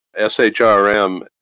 SHRM